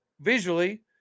visually